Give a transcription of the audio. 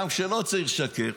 גם כשלא צריך לשקר,